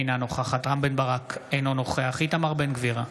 אינה נוכחת רם בן ברק, אינו נוכח איתמר בן גביר,